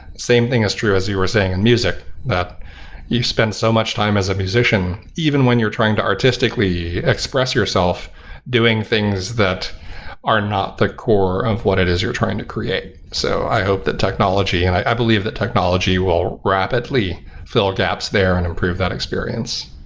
same thing is true as you were saying in and music, that you spend so much time as a musician even when you're trying to artistically express yourself doing things that are not the core of what it is you're trying to create. so i hope that technology, and i believe that technology will rapidly fill gaps there and improve that experience.